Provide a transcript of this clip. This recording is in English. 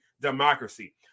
democracy